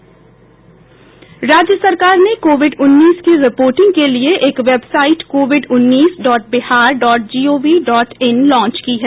राज्य सरकार ने कोविड उन्नीस की रिपोर्टिंग के लिए एक वेबसाइट कोविड उन्नीस dot Bihar dot gov dot in launch की है